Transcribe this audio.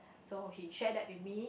so he shared that with me